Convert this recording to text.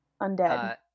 Undead